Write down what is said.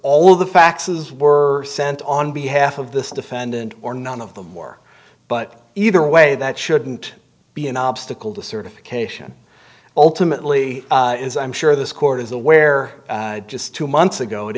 all of the faxes were sent on behalf of the defendant or none of the more but either way that shouldn't be an obstacle to certification ultimately as i'm sure this court is aware just two months ago it